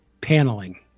paneling